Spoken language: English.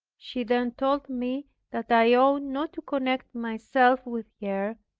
she then told me that i ought not to connect myself with her,